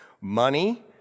Money